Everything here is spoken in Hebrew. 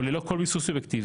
או ללא כל ביסוס אובייקטיבי,